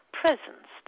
presence